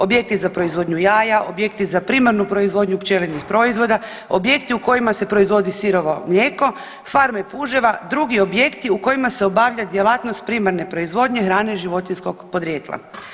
Objekti za proizvodnju jaja, objekti za primarnu proizvodnju pčelinjih proizvoda, objekti u kojima se proizvodi sirovo mlijeko, farme puževa, drugi objekti u kojima se obavlja djelatnost primarne proizvodnje hrane životinjskog podrijetla.